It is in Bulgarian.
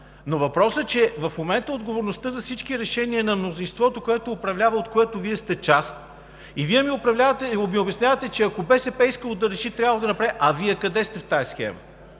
Но въпросът е, че в момента отговорността за всички решения е на мнозинството, което управлява и от което Вие сте част, а ми обяснявате, че ако БСП е искало да реши, е трябвало да го направи. А Вие къде сте в тази схема?!